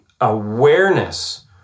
awareness